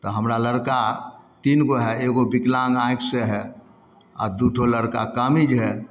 तऽ हमरा लड़का तीन गो हइ एगो विकलाङ्ग आँखिसे हइ आओर दुइठो लड़का कामिज हइ